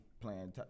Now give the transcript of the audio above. playing